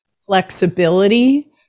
flexibility